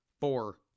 four